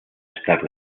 estar